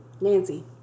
Nancy